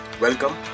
welcome